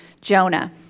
Jonah